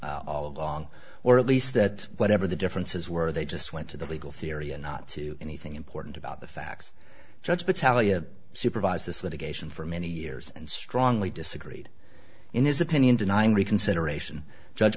all along or at least that whatever the differences were they just went to the legal theory and not to anything important about the facts judge patel you have supervised this litigation for many years and strongly disagreed in his opinion denying reconsideration judge